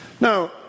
Now